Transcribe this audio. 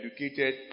educated